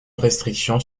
restriction